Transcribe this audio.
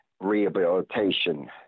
rehabilitation